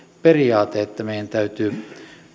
periaate että meidän täytyy